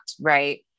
right